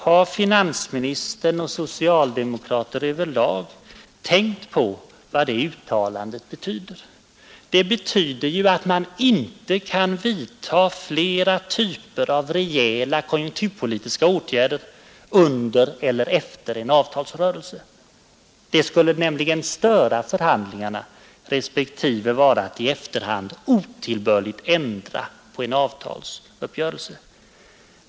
Har finansministern och socialdemokrater överlag tänkt på vad det uttalandet betyder? Det betyder ju att man inte kan vidta flera typer av rejäla konjunkturpolitiska åtgärder under eller efter en avtalsrörelse. Det skulle nämligen störa förhandlingarna respektive vara att i efterhand otillbörligt ”ändra” på en avtalsuppgörelse.